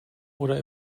oder